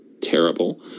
terrible